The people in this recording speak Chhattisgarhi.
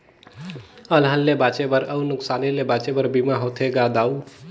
अलहन ले बांचे बर अउ नुकसानी ले बांचे बर बीमा होथे गा दाऊ